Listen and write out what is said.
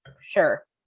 Sure